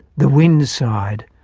the wind sighed,